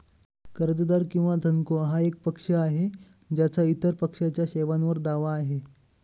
कर्जदार किंवा धनको हा एक पक्ष आहे ज्याचा इतर पक्षाच्या सेवांवर दावा आहे